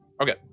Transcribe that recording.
Okay